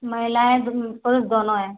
महिलाएँ पुरुष दोनों है